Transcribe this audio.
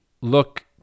look